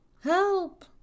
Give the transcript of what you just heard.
Help